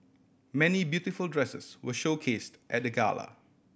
many beautiful dresses were showcased at the gala